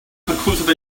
conclusive